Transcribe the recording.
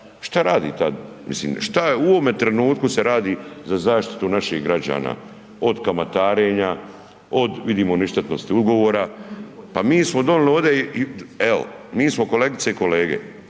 Šta radi ta, mislim šta u ovome trenutku se radi za zaštitu naših građana od kamatarenja, od vidimo ništetnosti ugovora? Evo mi smo kolegice i kolege,